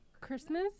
Christmas